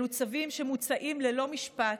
אלו צווים שמוצאים ללא משפט,